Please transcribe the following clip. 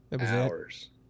hours